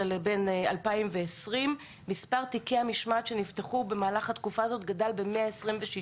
2020-2015. מספר תיקי המשמעת שנפתחו במהלך התקופה הזאת גדל ב-126%.